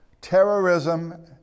Terrorism